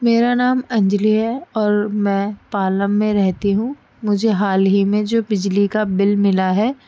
میرا نام انجلی ہے اور میں پالم میں رہتی ہوں مجھے حال ہی میں جو بجلی کا بل ملا ہے